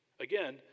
Again